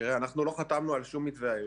אנחנו לא חתמנו על שום מתווה.